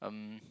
um